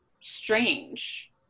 strange